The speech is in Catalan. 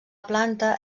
planta